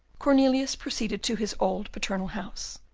cornelius proceeded to his old paternal house,